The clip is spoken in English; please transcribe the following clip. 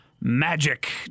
magic